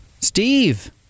Steve